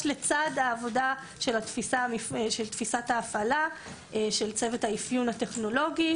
לצד העבודה של תפיסת ההפעלה של צוות האפיון הטכנולוגי